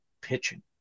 pitching